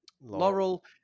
Laurel